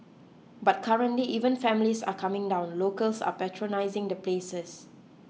but currently even families are coming down locals are patronising the places